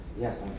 Yes